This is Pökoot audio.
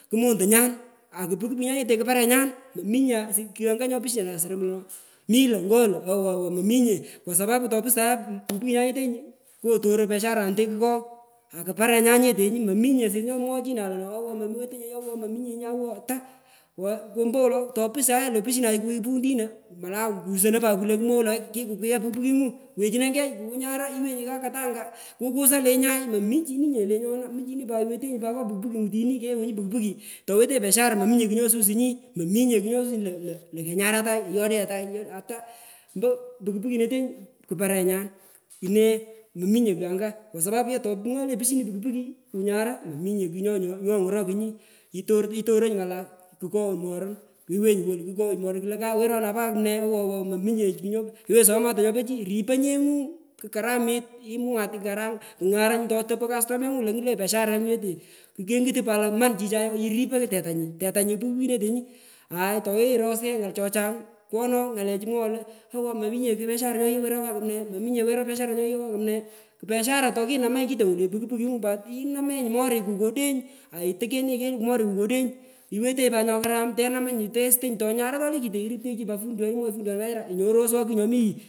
Kumonto nyan akupiki puki nyan nyete ku patenyan mominye asis anga nyopushina korom lo mi lo ngo lo awowo mominye kwa sapapu to pustah ye pukipuki. Nyan nyetenyu kotoron pesharonete kukogh akuparengu nyetenyu mominye asis nyomwochinan lo ewo mominye ewo ata kwombowolo topustan ye lo opushinan kugh puntino molai gusonoi pat lo kulensuni kikaagha puki pukingu hechino kegh kunyara iwenyi nga katanya kugusan legyagh momichininye lenyona muchinipat wetenyi ngo puki pukingu tini kewunyi puki puki towetenyi peshara mominye kugh nyosusunyi imominye kugh nyosusunyi lo kenyara atai iyodegha atai ata mpo puki puki nete ku parenyan, kunemominye kugh anga kwa sapapu ye tomwoghenyi pushinenyi puki puki kunyara mominye kugh nyongorokunyi itoronyi ngala kukoghite morun iwenyi wolu kukoghoch morun, kio pa wera po kakumne awowowo mominye chi iwenyi somoto nyopochi ripo nyengu kukaramit imwat karamit totopo kastomengu lo ngutonyi peshara kukengutu pat lo man chichay kiripoi tetanyi tetanyi kupiki pukinetenyu aai toiwenyi iroye ye ngai chochang pkono ngalechu moghoi lo awo mominye piashara nyonyighoi wero kakumne ku pieshara tokinamanyi kitongu le puki pukingu pat inamenyi moriku kodeny aitukenyi kel kelyeku kodeny iwetenyi pat nyokaram tenamanyi testonyi; tonyara tole kite iruptechu pat fundiyon ilenji wena nyono roswo kung nyomiyi.